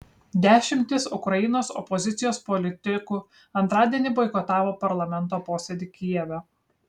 dešimtys ukrainos opozicijos politikų antradienį boikotavo parlamento posėdį kijeve